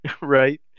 Right